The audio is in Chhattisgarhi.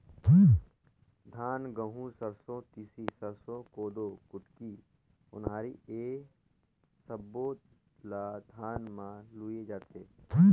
धान, गहूँ, सरसो, तिसी, सरसो, कोदो, कुटकी, ओन्हारी ए सब्बो ल धान म लूए जाथे